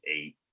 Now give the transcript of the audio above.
eight